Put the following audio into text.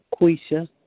Quisha